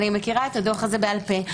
אני מכירה את הדוח הזה בעל פה.